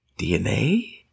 dna